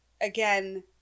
again